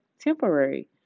temporary